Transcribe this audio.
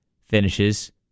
finishes